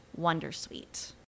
Wondersuite